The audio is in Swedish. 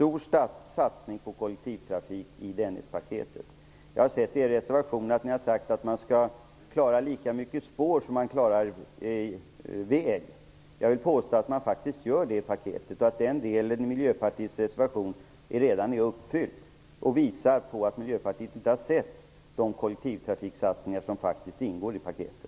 Jag har sett att Miljöpartiet i sin reservation säger att man skall klara lika mycket trafik på spår som på väg. Jag vill påstå att man gör det. Den delen i Miljöpartiets reservation är redan tillgodosedd och visar på att Miljöpartiet inte sett att det ingår kollektivtrafiksatsningar i paketet.